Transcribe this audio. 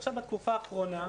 עכשיו בתקופה האחרונה,